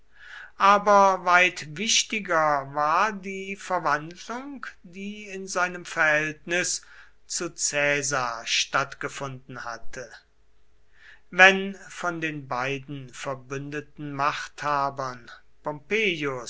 aber weit wichtiger war die verwandlung die in seinem verhältnis zu caesar stattgefunden hatte wenn von den beiden verbündeten machthabern